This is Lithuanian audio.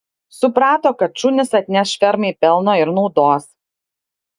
suprato kad šunys atneš fermai pelno ir naudos